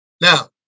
Now